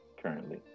Currently